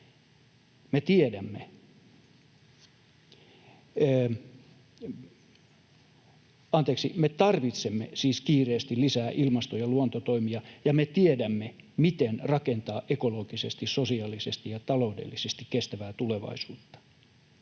kestävyyden tavoitteita. Tarvitsemme siis kiireesti lisää ilmasto‑ ja luontotoimia. Me tiedämme, miten rakentaa ekologisesti, sosiaalisesti ja taloudellisesti kestävää tulevaisuutta.